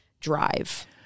drive